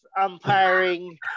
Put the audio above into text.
umpiring